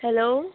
hello